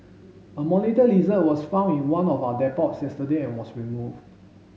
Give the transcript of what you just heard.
a monitor lizard was found in one of our depots yesterday and was removed